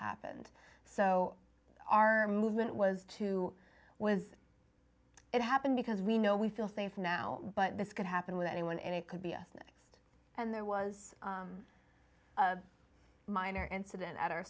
happened so our movement was to was it happened because we know we feel things now but this could happen with anyone and it could be us next and there was a minor incident at our